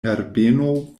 herbeno